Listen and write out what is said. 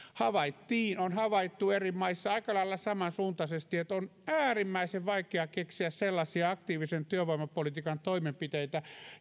on havaittu eri maissa aika lailla samansuuntaisesti että on äärimmäisen vaikea keksiä sellaisia aktiivisen työvoimapolitiikan toimenpiteitä